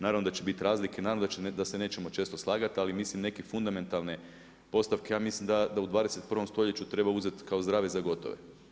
Naravno da će biti razlike, naravno da se nećemo često slagati, ali mislim neke fundamentalne postavke ja mislim da u 21. stoljeću treba uzeti kao zdrave za gotove.